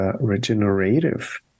regenerative